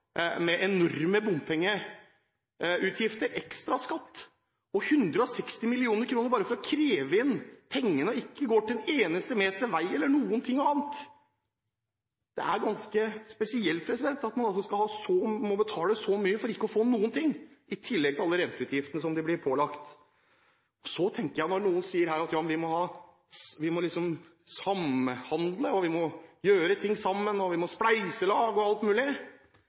med enorme bompengeutgifter, ekstra skatt, og 160 mill. kr bare for å kreve inn pengene, som ikke går til en eneste meter vei eller noe annet. Det er ganske spesielt at man må betale så mye for ikke å få noen ting, i tillegg til alle renteutgiftene som de blir pålagt. Så tenker jeg, når noen her sier at vi må samhandle, gjøre ting sammen, vi må ha spleiselag og